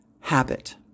habit